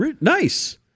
Nice